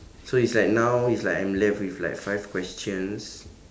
so it's like now it's like I'm left with like five questions